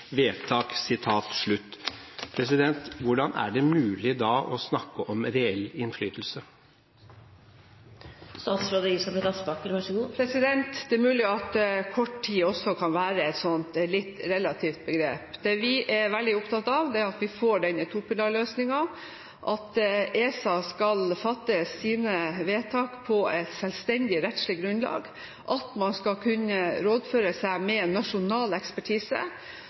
vedtak.» Hvordan er det da mulig å snakke om reell innflytelse? Det er mulig at «kort tid» også kan være et litt relativt begrep. Det vi er veldig opptatt av, er at vi får denne topilarløsningen, at ESA skal fatte sine vedtak på et selvstendig rettslig grunnlag, og at man skal kunne rådføre seg med nasjonal ekspertise.